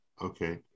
Okay